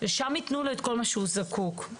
ושם ייתנו לו את כל מה שהוא זקוק לו.